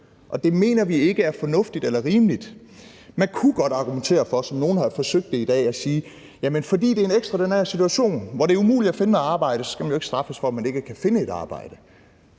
Og det mener vi ikke er fornuftigt eller rimeligt. Man kunne godt argumentere for det, som nogle har forsøgt i dag, ved at sige: Jamen fordi det er en ekstraordinær situation, hvor det er umuligt at finde et arbejde, skal man jo ikke straffes for, at man ikke kan finde et arbejde.